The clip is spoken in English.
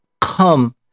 come